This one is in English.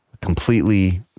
Completely